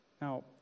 Now